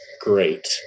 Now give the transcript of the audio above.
great